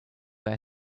wear